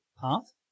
path